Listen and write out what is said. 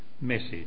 message